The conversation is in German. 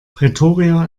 pretoria